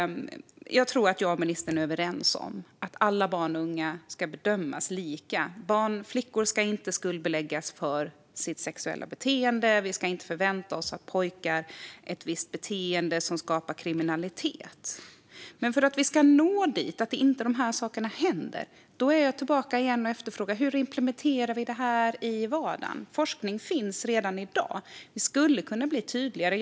Jag tror att jag och ministern är överens om att alla barn och unga ska bedömas lika. Flickor ska inte skuldbeläggas för sitt sexuella beteende, och man ska inte förvänta sig att pojkar beter sig på ett visst sätt som skapar kriminalitet. Men för att detta inte ska hända återkommer jag till frågan hur det här implementeras i vardagen. Forskning finns redan i dag. Man skulle kunna bli tydligare.